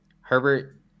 Herbert